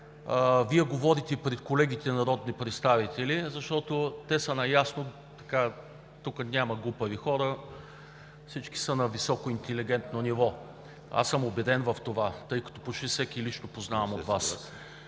Вие говорите пред колегите народни представители, а защото те са наясно – тук няма глупави хора, всички са на високо интелигентно ниво, аз съм убеден в това, тъй като почти всеки от Вас познавам лично.